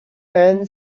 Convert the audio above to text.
man